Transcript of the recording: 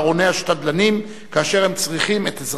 השתדלנים כאשר הם צריכים את עזרת הכנסת.